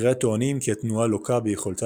מבקריה טוענים כי התנועה לוקה ביכולתה